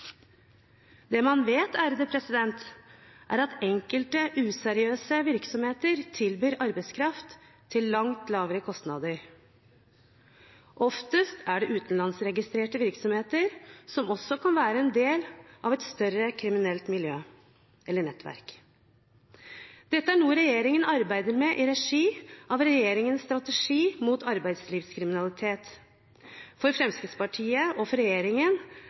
Det man vet, er at enkelte useriøse virksomheter tilbyr arbeidskraft til langt lavere kostnader. Oftest er det utenlandskregistrerte virksomheter som også kan være en del av et større kriminelt miljø eller nettverk. Dette er noe regjeringen arbeider med i regi av regjeringens strategi mot arbeidslivskriminalitet. For Fremskrittspartiet og for regjeringen